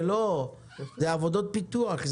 זה עבודות פיתוח,